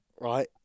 right